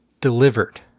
delivered